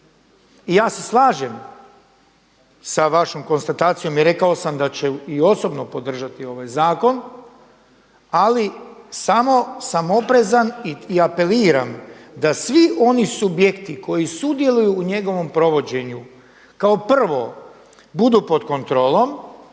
I ja se slažem sa vašom konstatacijom i rekao sam da ću i osobno podržati ovaj zakon, ali samo sam oprezan i apeliram da svi oni subjekti koji sudjeluju u njegovom provođenju kao prvo, budu pod kontrolom,